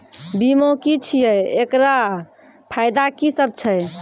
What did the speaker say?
बीमा की छियै? एकरऽ फायदा की सब छै?